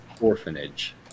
orphanage